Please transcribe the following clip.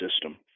system